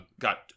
Got